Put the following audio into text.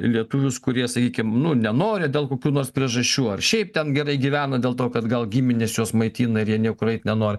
lietuvius kurie sakykim nu nenori dėl kokių nors priežasčių ar šiaip ten gerai gyvena dėl to kad gal giminės juos maitina ir jie niekur eit nenori